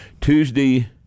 Tuesday